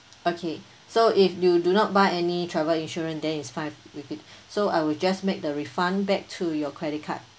okay so if you do not buy any travel insurance then it's fine with it so I will just make the refund back to your credit card